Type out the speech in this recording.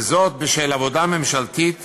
וזאת בשל עבודה ממשלתית